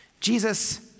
Jesus